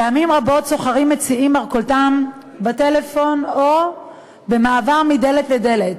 פעמים רבות סוחרים מציעים מרכולתם בטלפון או במעבר מדלת לדלת,